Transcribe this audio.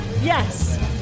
Yes